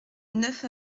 neuf